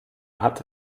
hat